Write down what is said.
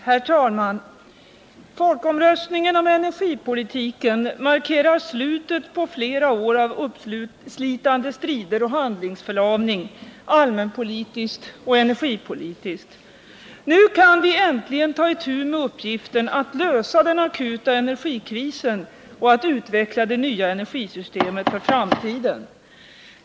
Herr talman! Folkomröstningen om energipolitiken markerar slutet på flera år av uppslitande strider och handlingsförlamning — allmänpolitiskt och energipolitiskt. Nu kan vi äntligen ta itu med uppgiften att lösa den akuta energikrisen och att utveckla det nya energisystemet för framtiden.